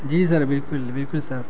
جی sir بالکل بالکل سر